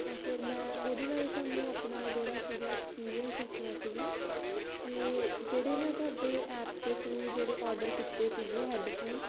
ਤਾਂ ਫਿਰ ਮੈਂ ਉਹਦੇ ਬਾਰੇ ਤੁਹਾਨੂੰ ਆਪਣਾ ਜਿਹੜਾ ਸੀਗਾ ਐਕਸਪੀਰੀਐਂਸ ਦੱਸਣਾ ਸੀਗਾ ਕਿ ਜਿਹੜੇ ਮੈਂ ਤੁਹਾਡੇ ਐਪ ਦੇ ਥਰੂ ਜਿਹੜੇ ਔਰਡਰ ਕੀਤੇ ਸੀਗੇ ਹੈਡਫੋਨ